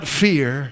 fear